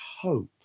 hope